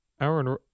Aaron